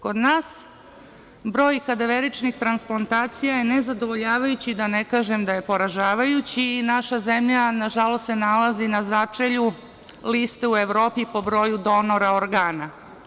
Kod nas broj kadaveričnih transplantacija je nezadovoljavajući, da ne kažem da je poražavajući, i naša zemlja se nalazi na začelju liste u Evropi po broju donora organa.